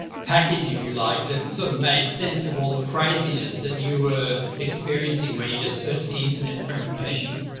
package, if you like, that sort of made sense of all the craziness that you experiencing when you just searched the internet for information?